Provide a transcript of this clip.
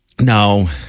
No